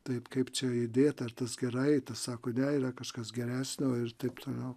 taip kaip čia įdėta ar tas gerai tas sako ne yra kažkas geresnio ir taip toliau